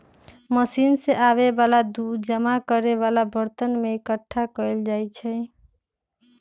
machine से आबे वाला दूध जमा करे वाला बरतन में एकट्ठा कएल जाई छई